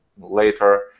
later